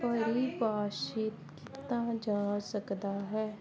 ਪਰਿਭਾਸ਼ਿਤ ਕੀਤਾ ਜਾ ਸਕਦਾ ਹੈ